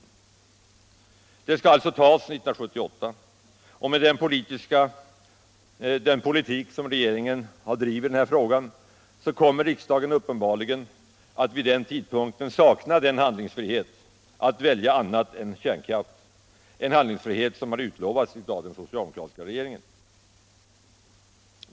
Beslut om denna skall alltså fattas 1978, och med den politik som regeringen har bedrivit i den frågan kommer riksdagen uppenbarligen vid den tidpunkten att sakna annan handlingsfrihet än att välja kärnkraft. Ändå har den socialdemokratiska regeringen utlovat handlingsfrihet.